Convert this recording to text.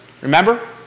Remember